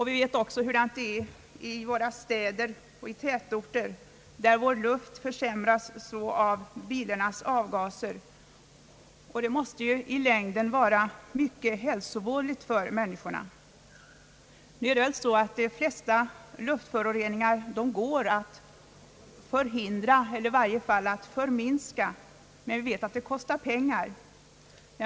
Vi vet också hur det är i städer och tätorter, där luften försämras av bilarnas avgaser. Det måste ju i längden vara mycket hälsovådligt för människorna. De flesta luftföroreningar går att förhindra eller i varje fall minska, men det kostar pengar.